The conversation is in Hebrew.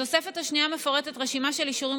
בתוספת השנייה מפורטת רשימה של אישורים